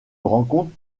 rencontre